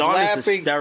laughing